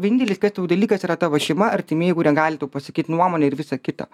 vienintelis kas tau dalykas yra tavo šeima artimieji kurie gali tau pasakyt nuomonę ir visą kitą